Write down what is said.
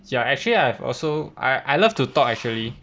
ya actually I've also I I love to talk actually